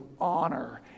honor